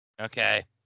Okay